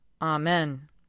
Amen